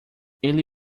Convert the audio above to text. ele